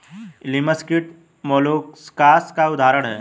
लिमस कीट मौलुसकास का उदाहरण है